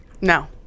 No